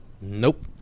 Nope